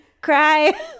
cry